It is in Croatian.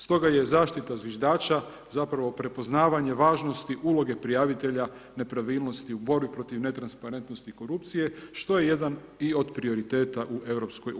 Stoga je zaštita zviždača zapravo prepoznavanje važnosti uloge prijavitelja nepravilnosti u borbi protiv netransparentnosti i korupcije što je jedan i od prioriteta u EU.